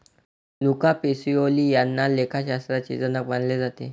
Luca Pacioli यांना लेखाशास्त्राचे जनक मानले जाते